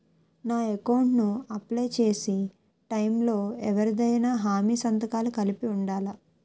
నా అకౌంట్ ను అప్లై చేసి టైం లో ఎవరిదైనా హామీ సంతకాలు కలిపి ఉండలా?